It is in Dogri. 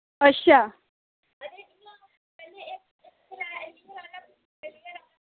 अच्छा